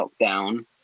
lockdown